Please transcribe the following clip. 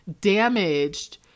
damaged